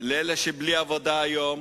לאנשים שאין להם עבודה היום,